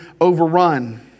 overrun